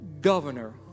governor